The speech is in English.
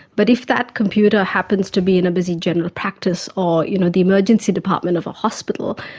but if that computer happens to be in a busy general practice or you know the emergency department of a hospital,